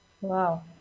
Wow